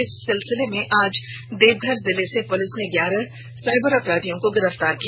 इस सिलसिले में आज देवघर जिले से पुलिस ने ग्यारह साईबर अपराधियों को गिरफ्तार किया